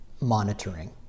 monitoring